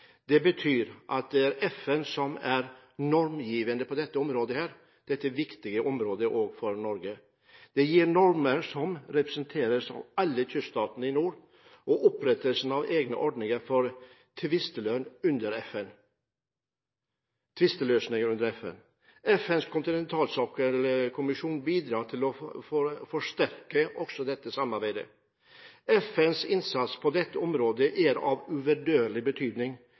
Det betyr at det er FN som er normgivende for dette viktige området også for Norge, og som gir normer som representeres av alle kyststater i nord. Når det gjelder opprettelsen av egne ordninger for tvisteløsning under FN, bidrar FNs kontinentalsokkelkommisjon til å forsterke dette samarbeidet. FNs innsats på dette området er av uvurderlig betydning,